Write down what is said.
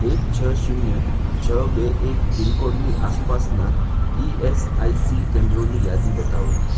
એક છ શૂન્ય છ બે એક પિનકોડની આસપાસના ઈએસઆઈસી કેન્દ્રોની યાદી બતાવો